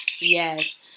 Yes